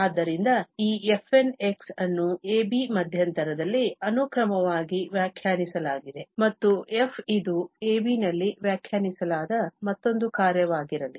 ಆದ್ದರಿಂದ ಈ fn ಅನ್ನು a b ಮಧ್ಯಂತರದಲ್ಲಿ ಅನುಕ್ರಮವಾಗಿ ವ್ಯಾಖ್ಯಾನಿಸಲಾಗಿದೆ ಮತ್ತು f ಇದು a b ನಲ್ಲಿ ವ್ಯಾಖ್ಯಾನಿಸಲಾದ ಮತ್ತೊಂದು ಕಾರ್ಯವಾಗಿರಲಿ